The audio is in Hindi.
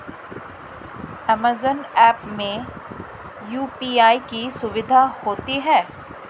अमेजॉन ऐप में यू.पी.आई की सुविधा होती है